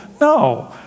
No